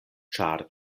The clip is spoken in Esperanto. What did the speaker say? ĉar